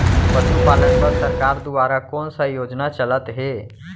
पशुपालन बर सरकार दुवारा कोन स योजना चलत हे?